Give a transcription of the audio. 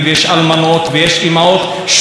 המצב הזה לא יכול להימשך.